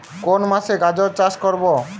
কোন মাসে গাজর চাষ করব?